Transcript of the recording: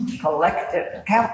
collective